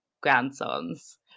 grandsons